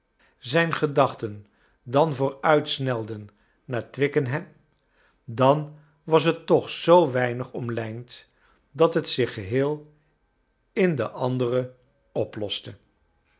zijn gedachten dan vooruitsnelden naar twickenham dan was het toch zoo weinig omlijnd dat het zich geheel in de andere oploste